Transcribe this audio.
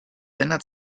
sender